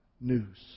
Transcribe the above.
news